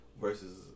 versus